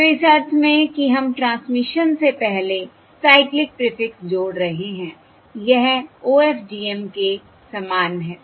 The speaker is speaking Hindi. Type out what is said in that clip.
तो इस अर्थ में कि हम ट्रांसमिशन से पहले साइक्लिक प्रीफिक्स जोड़ रहे हैं यह OFDM के समान है